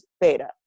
beta